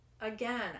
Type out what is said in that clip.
again